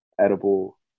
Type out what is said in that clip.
edible